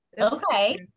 Okay